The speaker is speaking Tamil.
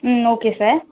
ம் ஓகே சார்